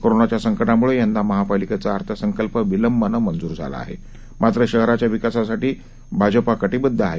कोरोनाच्या संकटामुळे यंदा महापालिकेचा अर्थसंकल्प विलंबानं मंजुर झाला मात्र शहराच्या विकासासाठी भारतीय जनपा पार्टी कटीबध्द आहे